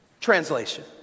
Translation